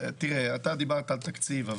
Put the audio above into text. אתה דיברת על תקציב,